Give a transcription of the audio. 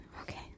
Okay